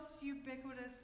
ubiquitous